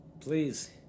please